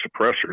suppressors